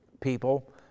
people